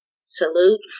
salute